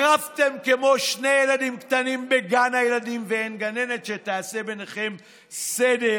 רבתם כמו שני ילדים קטנים בגן הילדים ואין גננת שתעשה ביניכם סדר.